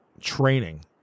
training